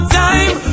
time